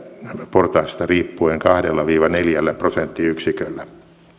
portaasta riippuen kahdella viiva neljällä prosenttiyksiköllä